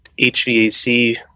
HVAC